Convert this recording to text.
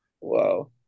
Wow